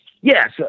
Yes